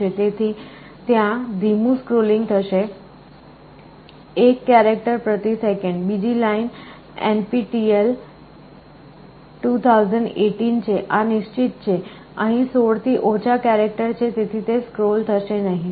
તેથી ત્યાં ધીમું સ્ક્રોલિંગ થશે 1 કેરેક્ટર પ્રતિ સેકંડ બીજી લાઇન NPTEL 2018 છે આ નિશ્ચિત છે અહીં 16 થી ઓછા કેરેક્ટર છે તેથી તે સ્ક્રોલ થશે નહીં